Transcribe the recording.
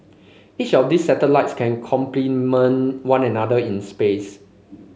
each of these satellites can complement one another in space